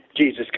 Jesus